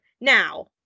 now